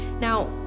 now